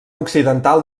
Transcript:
occidental